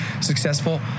successful